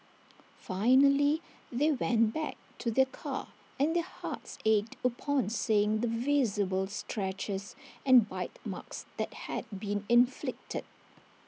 finally they went back to their car and their hearts ached upon seeing the visible scratches and bite marks that had been inflicted